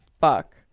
fuck